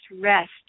rest